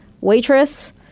waitress